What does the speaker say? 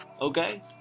okay